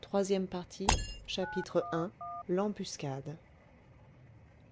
troisième partie i l'embuscade